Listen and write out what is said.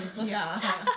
ya ya ya